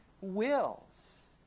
wills